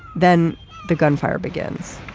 then the gunfire begins.